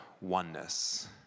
oneness